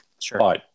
Sure